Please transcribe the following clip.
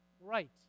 Right